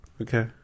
Okay